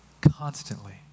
constantly